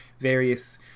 various